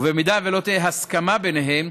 ואם לא תהיה הסכמה ביניהם,